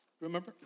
Remember